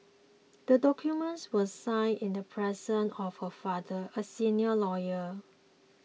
the document was signed in the presence of her father a senior lawyer